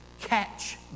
catch